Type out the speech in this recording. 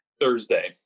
Thursday